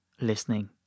listening